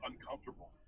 uncomfortable